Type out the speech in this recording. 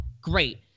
great